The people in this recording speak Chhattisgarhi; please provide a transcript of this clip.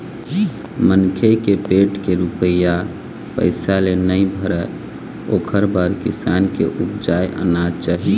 मनखे के पेट के रूपिया पइसा ले नइ भरय ओखर बर किसान के उपजाए अनाज चाही